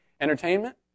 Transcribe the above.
Entertainment